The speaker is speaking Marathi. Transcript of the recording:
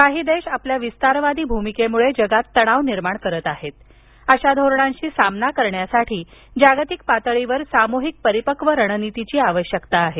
काही देश आपल्या विस्तारवादी भूमिकेमुळे जगात तणाव निर्माण करीत आहेत अशा धोरणांशी सामना करण्यासाठी जागतिक पातळीवर सामूहिक परिपक्व रणनीतीची आवश्यकता आहे